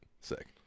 Sick